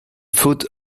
foot